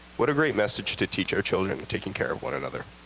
what a great message to teach our children, taking care of one another.